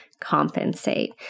compensate